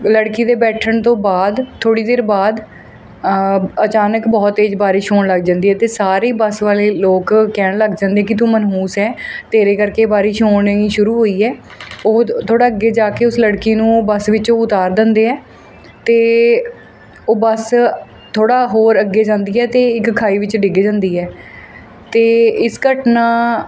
ਲੜਕੀ ਦੇ ਬੈਠਣ ਤੋਂ ਬਾਅਦ ਥੋੜ੍ਹੀ ਦੇਰ ਬਾਅਦ ਅਚਾਨਕ ਬਹੁਤ ਤੇਜ਼ ਬਾਰਿਸ਼ ਹੋਣ ਲੱਗ ਜਾਂਦੀ ਹੈ ਅਤੇ ਸਾਰੇ ਬੱਸ ਵਾਲੇ ਲੋਕ ਕਹਿਣ ਲੱਗ ਜਾਂਦੇ ਕਿ ਤੂੰ ਮਨਹੂਸ ਹੈ ਤੇਰੇ ਕਰਕੇ ਬਾਰਿਸ਼ ਹੋਣੀ ਸ਼ੁਰੂ ਹੋਈ ਹੈ ਉਹ ਦ ਥੋੜ੍ਹਾ ਅੱਗੇ ਜਾ ਕੇ ਉਸ ਲੜਕੀ ਨੂੰ ਬੱਸ ਵਿੱਚੋਂ ਉਤਾਰ ਦਿੰਦੇ ਹੈ ਅਤੇ ਉਹ ਬੱਸ ਥੋੜ੍ਹਾ ਹੋਰ ਅੱਗੇ ਜਾਂਦੀ ਹੈ ਅਤੇ ਇੱਕ ਖਾਈ ਵਿੱਚ ਡਿੱਗ ਜਾਂਦੀ ਹੈ ਅਤੇ ਇਸ ਘਟਨਾ